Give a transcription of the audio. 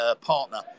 partner